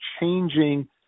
changing